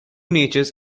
natures